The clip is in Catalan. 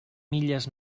milles